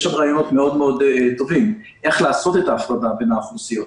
יש שם רעיונות מאוד מאוד טובים איך לעשות את ההפרדה בין האוכלוסיות.